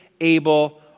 Abel